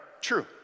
true